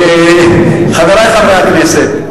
חברי חברי הכנסת,